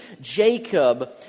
Jacob